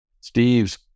Steve's